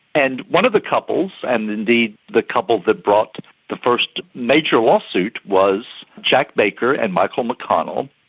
and one of the couples, and indeed the couple that brought the first major lawsuit was jack baker and michael mcconnell.